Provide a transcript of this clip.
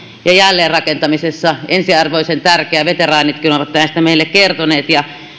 ja jälleenrakentamisessa ensiarvoisen tärkeä veteraanitkin ovat näistä meille kertoneet